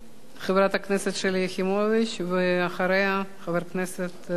חברת הכנסת שלי יחימוביץ, ואחריה, חבר הכנסת חנא